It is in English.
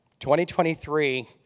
2023